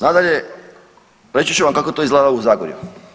Nadalje, reći ću vam kako to izgleda u Zagorju.